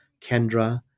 Kendra